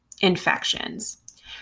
infections